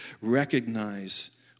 recognize